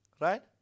right